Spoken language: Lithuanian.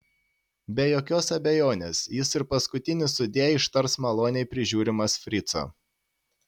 be jokios abejonės jis ir paskutinį sudie ištars maloniai prižiūrimas frico